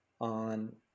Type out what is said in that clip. on